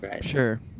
sure